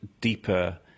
deeper